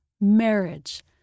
marriage